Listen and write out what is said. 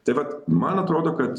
tai vat man atrodo kad